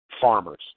farmers